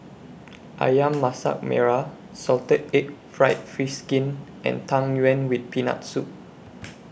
Ayam Masak Merah Salted Egg Fried Fish Skin and Tang Yuen with Peanut Soup